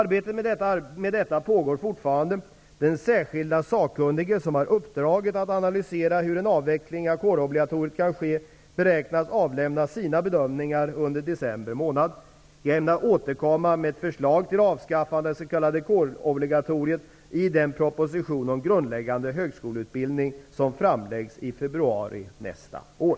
Arbetet med detta pågår fortfarande. Den särskilda sakkunnige, som har uppdraget att analysera hur en avveckling av kårobligatoriet kan ske, beräknas avlämna sina bedömningar under december månad. Jag ämnar återkomma med ett förslag till avskaffande av det s.k. kårobligatoriet i den proposition om grundläggande högskoleutbildning som framläggs i februari nästa år.